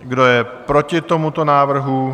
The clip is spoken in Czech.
Kdo je proti tomuto návrhu?